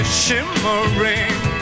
shimmering